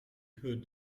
hurt